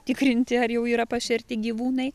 tikrinti ar jau yra pašerti gyvūnai